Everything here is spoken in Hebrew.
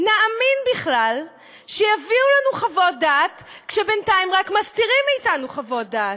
נאמין בכלל שיביאו לנו חוות דעת כשבינתיים רק מסתירים מאתנו חוות דעת?